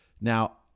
Now